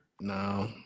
No